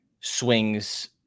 swings